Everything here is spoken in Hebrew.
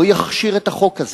לא תכשיר את החוק הזה.